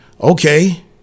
Okay